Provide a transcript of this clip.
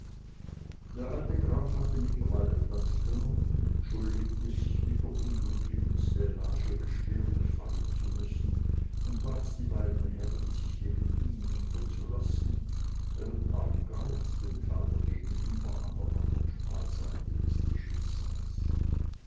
der alte graf hatte mittlerweile platz genommen entschuldigte sich mit der unglücklichen stellage beschwerlich fallen zu müssen und bat die beiden herren sich neben ihm niederzulassen während armgard dem vater gegenüber an der andern schmalseite des tisches saß